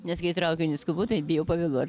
nes kai į traukinį skubu tai bijau pavėluot